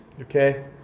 Okay